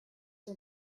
son